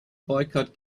boycott